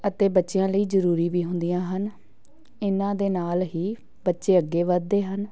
ਅਤੇ ਬੱਚਿਆਂ ਲਈ ਜ਼ਰੂਰੀ ਵੀ ਹੁੰਦੀਆਂ ਹਨ ਇਹਨਾਂ ਦੇ ਨਾਲ ਹੀ ਬੱਚੇ ਅੱਗੇ ਵਧਦੇ ਹਨ